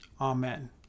Amen